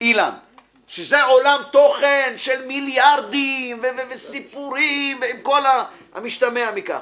שזה עולם תוכן של מיליארדי שקלים וסיפורים וכל המשתמע מכך.